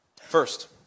First